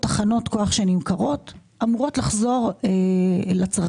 תחנות כוח שנמכרות אמורות לחזור לצרכן,